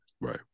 Right